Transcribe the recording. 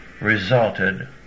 resulted